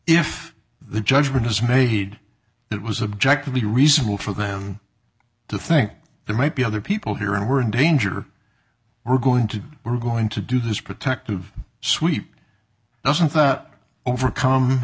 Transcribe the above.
if the judge were dismayed it was object to be reasonable for them to think there might be other people here and we're in danger we're going to we're going to do this protective sweep doesn't overcome